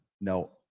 no